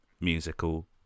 musical